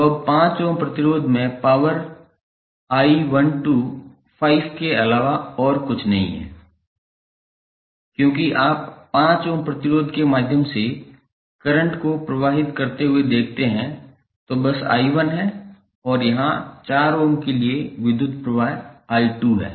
तो अब 5 ओम प्रतिरोध में पावर I12 के अलावा और कुछ नहीं है क्योंकि अगर आप 5 ओम प्रतिरोध के माध्यम से करंट को प्रवाहित करते हुए देखते हैं तो बस I1 है और यहाँ 4 ओम के लिए विद्युत प्रवाह I2 है